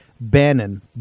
Bannon